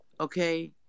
okay